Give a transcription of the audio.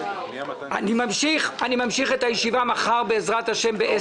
אני ממשיך את הישיבה מחר בעזרת השם ב-10:00 בבוקר.